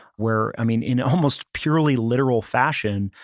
where, i mean, in almost purely literal fashion,